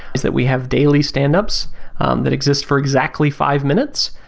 is that we have daily stand-ups um that exists for exactly five minutes.